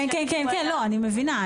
אני מבינה.